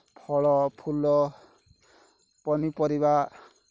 ଫଳ ଫୁଲ ପନିପରିବା